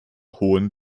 hohen